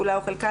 כולה או חלקה,